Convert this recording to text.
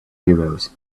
euros